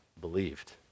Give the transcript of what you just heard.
believed